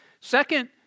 Second